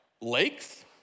lakes